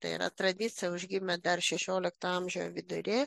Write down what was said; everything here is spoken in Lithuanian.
tai yra tradicija užgimė dar šešiolikto amžio viduryje